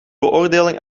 beoordeling